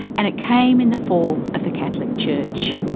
and it came in the form of the catholic church.